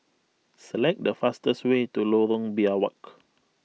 select the fastest way to Lorong Biawak